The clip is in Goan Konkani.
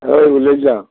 हय उलयतां